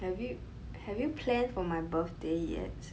have you have you planned for my birthday yet